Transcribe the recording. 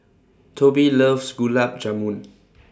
Tobie loves Gulab Jamun